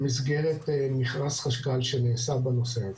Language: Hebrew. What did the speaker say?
במסגרת מכרז חשכ"ל שנעשה בנושא הזה.